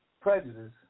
prejudice